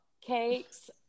cakes